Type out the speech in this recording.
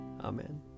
Amen